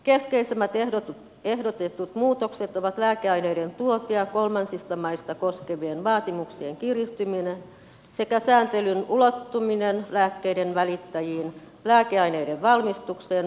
keskeisimmät ehdotetut muutokset ovat lääkeaineiden tuontia kolmansista maista koskevien vaatimuksien kiristyminen sekä sääntelyn ulottuminen lääkkeiden välittäjiin lääkeaineiden valmistukseen maahantuontiin ja jakeluun